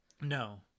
No